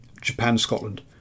Japan-Scotland